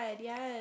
yes